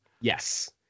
Yes